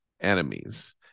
enemies